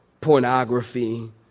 pornography